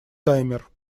таймер